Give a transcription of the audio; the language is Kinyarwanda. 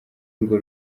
urwo